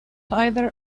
either